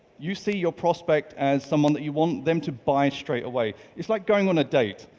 you see your prospect as someone that you want them to buy straightaway. it's like going on a date.